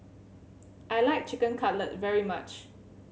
I like Chicken Cutlet very much